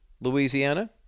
Louisiana